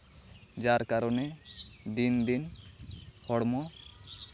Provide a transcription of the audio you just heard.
ᱡᱟᱨ ᱠᱟᱨᱚᱱᱮ ᱫᱤᱱ ᱫᱤᱱ ᱦᱚᱲᱢᱚ